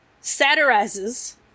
satirizes